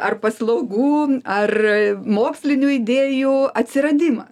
ar paslaugų ar mokslinių idėjų atsiradimą